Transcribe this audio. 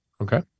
Okay